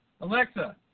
Alexa